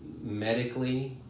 medically